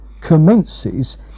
commences